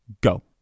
go